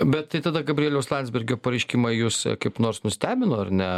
bet tai tada gabrieliaus landsbergio pareiškimą jus kaip nors nustebino ar ne